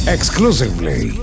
Exclusively